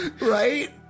Right